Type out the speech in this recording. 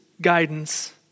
guidance